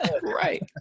right